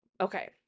Okay